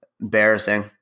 Embarrassing